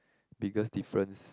biggest difference